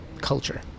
culture